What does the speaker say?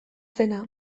zena